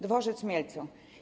Dworzec w Mielcu.